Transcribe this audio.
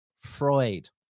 Freud